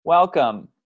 welcome